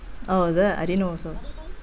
oh is it I didn't know also